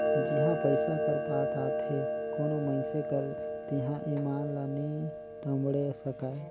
जिहां पइसा कर बात आथे कोनो मइनसे कर तिहां ईमान ल नी टमड़े सकाए